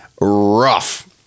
rough